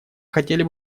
хотели